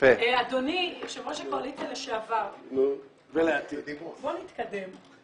אדוני, יושב ראש הקואליציה לשעבר, בוא נתקדם.